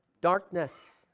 Darkness